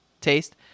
taste